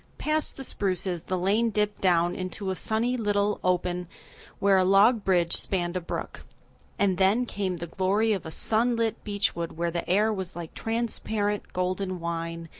past the spruces the lane dipped down into a sunny little open where a log bridge spanned a brook and then came the glory of a sunlit beechwood where the air was like transparent golden wine,